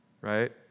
right